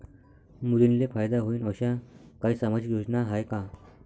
मुलींले फायदा होईन अशा काही सामाजिक योजना हाय का?